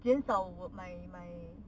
减少我 my my